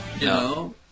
No